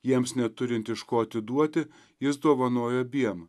jiems neturint iš ko atiduoti jis dovanojo abiem